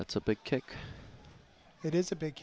that's a big kick it is a big